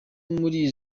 muri